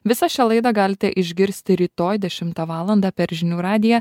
visą šią laidą galite išgirsti rytoj dešimtą valandą per žinių radiją